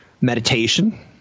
meditation